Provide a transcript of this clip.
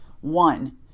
One